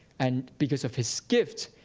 and because of his gift,